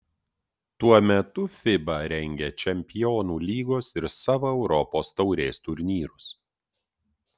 tuo metu fiba rengia čempionų lygos ir savo europos taurės turnyrus